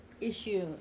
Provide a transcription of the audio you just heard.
issue